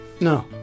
No